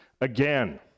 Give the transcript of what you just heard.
again